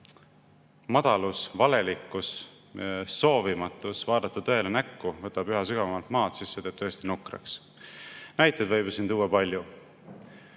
madalus, valelikkus, soovimatus vaadata tõele näkku võtab üha rohkem maad, siis see teeb tõesti nukraks. Näiteid võib tuua palju.